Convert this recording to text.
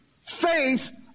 faith